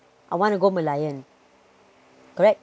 I wanna go merlion correct